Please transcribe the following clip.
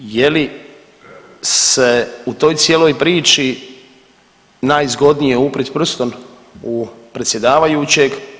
Je li se u toj cijeloj priči najzgodnije uprit prstom u predsjedavajućeg?